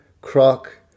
Croc